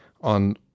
on